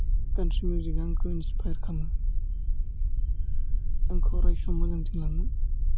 country मिउजिकआ आंखौ inspire खालामो आंखौ अरायसम मोजांथिं लांगोन